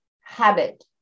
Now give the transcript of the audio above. habit